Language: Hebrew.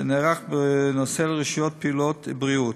שנערך בנושא לרשויות: פעילות ובריאות.